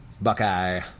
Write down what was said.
Buckeye